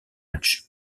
match